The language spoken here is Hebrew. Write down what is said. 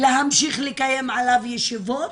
להמשיך לקיים עליו ישיבות.